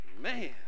Man